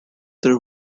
their